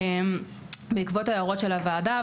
בעקבות ההערות של הוועדה,